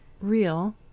real